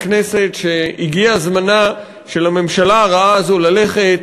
מנסים לשכנע את הכנסת שהגיע זמנה של הממשלה הרעה הזאת ללכת.